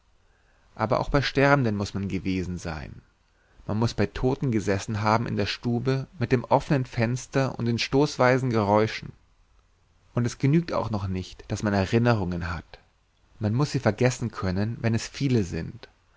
aber auch bei sterbenden muß man gewesen sein muß bei toten gesessen haben in der stube mit dem offenen fenster und den stoßweisen geräuschen und es genügt auch noch nicht daß man erinnerungen hat man muß sie vergessen können wenn es viele sind